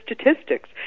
statistics